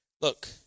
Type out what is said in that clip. look